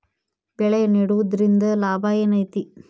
ಬೆಳೆ ನೆಡುದ್ರಿಂದ ಏನ್ ಲಾಭ ಐತಿ?